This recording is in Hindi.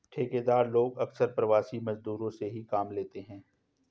ठेकेदार लोग अक्सर प्रवासी मजदूरों से ही काम लेते हैं